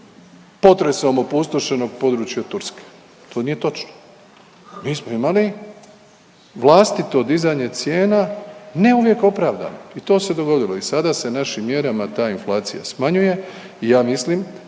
potresom opustošenog područja Turske, to nije točno. Mi smo imali vlastito dizanje cijena ne uvijek opravdano i to se dogodilo i sada se našim mjerama ta inflacija smanjuje i ja mislim